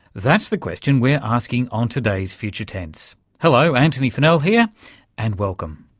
that's the question we're asking on today's future tense. hello antony funnell here and welcome.